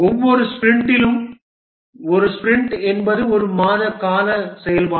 ஒவ்வொரு ஸ்பிரிண்டிலும் ஒரு ஸ்பிரிண்ட் என்பது ஒரு மாத கால செயல்பாடு